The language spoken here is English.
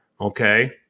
Okay